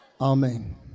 Amen